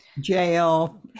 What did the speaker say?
Jail